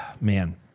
man